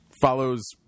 follows